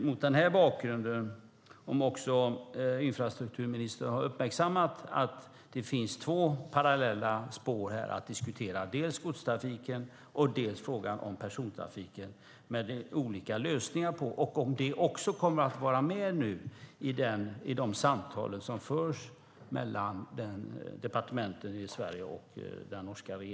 Mot den bakgrunden undrar jag om infrastrukturministern har uppmärksammat att det finns två parallella spår att diskutera, dels godstrafiken, dels persontrafiken, men med olika lösningar. Kommer det att finnas med i de samtal som ska föras mellan departementen i Sverige och Norge?